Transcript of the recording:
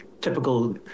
typical